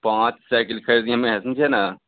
पाँच सइकिल खरीदने में है समझे न